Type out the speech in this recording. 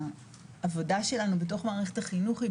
העבודה שלנו בתוך מערכת החינוך היא